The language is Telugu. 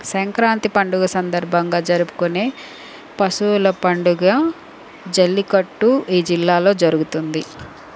సంక్రాంతి పండుగ సందర్భంగా జరుపుకునే పశువుల పండుగ జల్లికట్టు ఈ జిల్లాలో జరుగుతుంది